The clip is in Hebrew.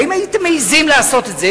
האם הייתם מעזים לעשות את זה?